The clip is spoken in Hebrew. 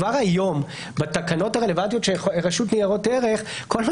כבר היום בתקנות הרלוונטיות של רשות ניירות ערך כל מה